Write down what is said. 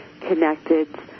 connected